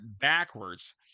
backwards